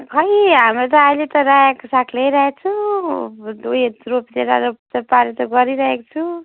खोइ हाम्रो त आहिले त रायोको साग ल्याइराखेको छु गरिराखेको छु